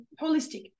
holistic